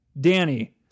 Danny